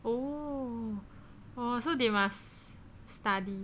oh !wah! so they must study